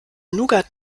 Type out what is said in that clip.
nougat